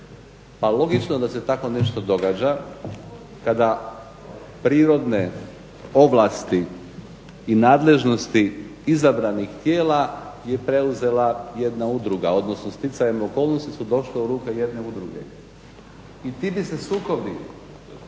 Pa logično da se tako nešto događa kada prirodne ovlasti i nadležnosti izabranih tijela je preuzela jedna udruga odnosno sticanjem okolnosti su došle u ruke jedne udruge i ti bi se sukobi